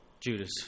Judas